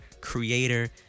creator